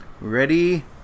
Ready